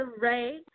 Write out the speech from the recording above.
Ray